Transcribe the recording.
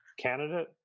candidate